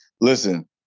Listen